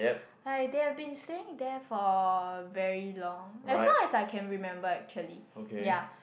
like they have been staying there for very long as long as I can remember actually ya